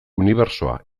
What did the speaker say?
unibertsoa